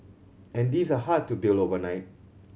and these are hard to build overnight